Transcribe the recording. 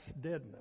deadness